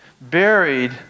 buried